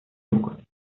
بکینم